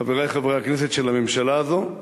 חברי חברי הכנסת, של הממשלה הזאת,